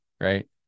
right